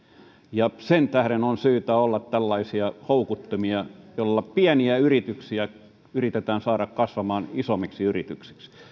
ja sen tähden on syytä olla tällaisia houkuttimia joilla pieniä yrityksiä yritetään saada kasvamaan isommiksi yrityksiksi